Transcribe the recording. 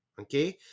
okay